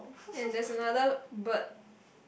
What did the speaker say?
and there's another but